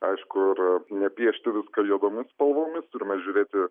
aišku ir nepiešti viską juodomis spalvomis turime žiūrėti